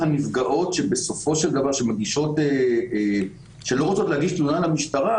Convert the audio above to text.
הנפגעות שבסופו של דבר לא רוצות להגיש תלונה למשטרה,